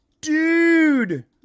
dude